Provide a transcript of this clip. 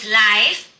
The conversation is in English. life